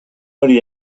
hori